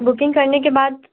booking करने के बाद